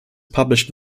published